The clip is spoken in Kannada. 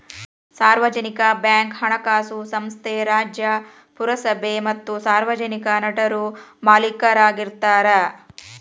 ಸಾರ್ವಜನಿಕ ಬ್ಯಾಂಕ್ ಹಣಕಾಸು ಸಂಸ್ಥೆ ರಾಜ್ಯ, ಪುರಸಭೆ ಮತ್ತ ಸಾರ್ವಜನಿಕ ನಟರು ಮಾಲೇಕರಾಗಿರ್ತಾರ